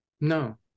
No